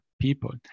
people